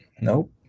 Nope